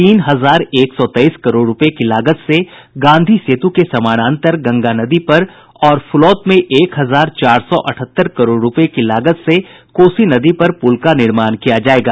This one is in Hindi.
तीन हजार एक सौ तेईस करोड़ रुपये की लागत से गांधी सेतु के समानांतर गंगा नदी पर और फुलौत में एक हजार चार सौ अठहत्तर करोड़ रुपये की लागत से कोसी नदी पर पुल का निर्माण किया जायेगा